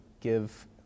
give